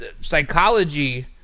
psychology